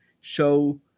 show